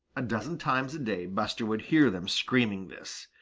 a dozen times a day buster would hear them screaming this.